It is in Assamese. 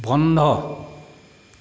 বন্ধ